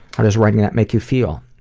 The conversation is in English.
how does writing that make you feel?